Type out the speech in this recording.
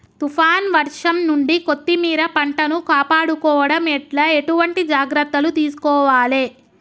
తుఫాన్ వర్షం నుండి కొత్తిమీర పంటను కాపాడుకోవడం ఎట్ల ఎటువంటి జాగ్రత్తలు తీసుకోవాలే?